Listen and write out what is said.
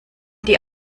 die